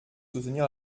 soutenir